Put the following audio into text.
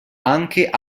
anche